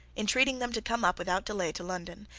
entreating them to come up without delay to london,